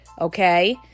Okay